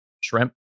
shrimp